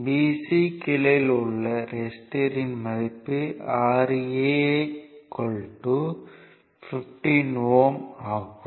bc கிளையில் உள்ள ரெசிஸ்டன்ஸ்யின் மதிப்பு Ra 15 Ω ஆகும்